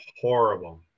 Horrible